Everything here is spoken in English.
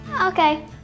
okay